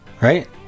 right